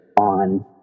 on